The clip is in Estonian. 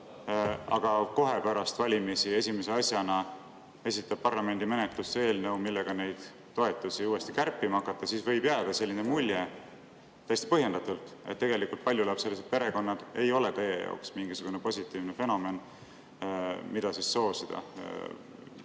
aga kohe pärast valimisi esimese asjana esitab parlamendi menetlusse eelnõu, millega neid toetusi uuesti kärpima hakata, siis võib täiesti põhjendatult jääda mulje, et tegelikult paljulapselised perekonnad ei ole teie jaoks mingisugune positiivne fenomen, mida soosida